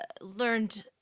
learned